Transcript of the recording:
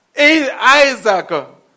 Isaac